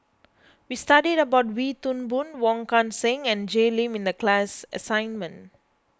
we studied about Wee Toon Boon Wong Kan Seng and Jay Lim in the class assignment